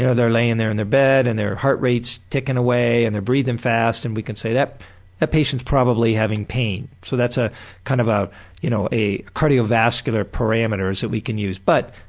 and they're laying there in their bed and their heart rate's ticking away, and their breathing fast and we can say, that patient's probably having pain, so that's a kind of ah you know a cardiovascular parameter we can use. but,